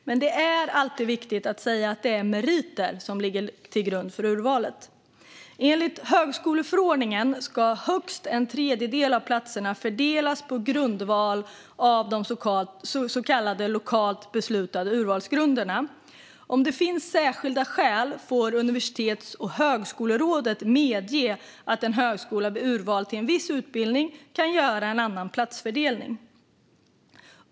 Men det är alltid viktigt att det är meriter som ligger till grund för urvalet. Enligt högskoleförordningen ska högst en tredjedel av platserna fördelas på grundval av de så kallade lokalt beslutade urvalsgrunderna. Om det finns särskilda skäl får Universitets och högskolerådet medge att en högskola vid urval till en viss utbildning kan göra en annan platsfördelning.